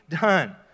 done